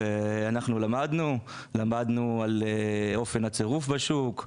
ואנחנו למדנו על אופן הצירוף בשוק.